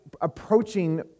approaching